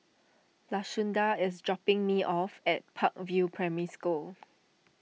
Lashunda is dropping me off at Park View Primary School